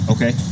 Okay